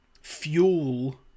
fuel